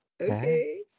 Okay